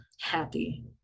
happy